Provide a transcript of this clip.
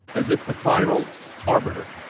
as if the final arbiter